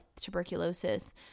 tuberculosis